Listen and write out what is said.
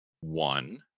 one